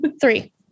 three